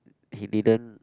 he didn't